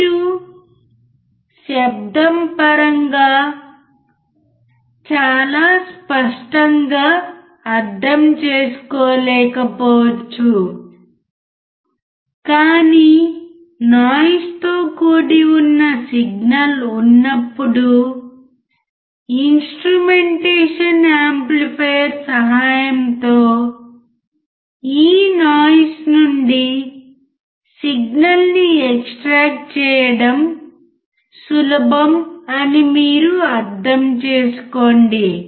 మీరు శబ్దం పరంగా చాలా స్పష్టంగా అర్థం చేసుకోలేకపోవచ్చు కానీ నాయిస్ తో కూడి ఉన్న సిగ్నల్ ఉన్నప్పుడు ఇన్స్ట్రుమెంటేషన్ యాంప్లిఫైయర్ సహాయంతో ఈ నాయిస్ నుండి సిగ్నల్ ని ఎక్స్ట్రాట్రాక్ చేయడం సులభం అని మీరు అర్థం చేసుకోండి